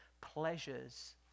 pleasures